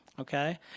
okay